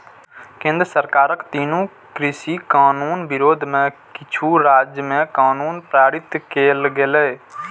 केंद्र सरकारक तीनू कृषि कानून विरोध मे किछु राज्य मे कानून पारित कैल गेलै